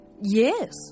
yes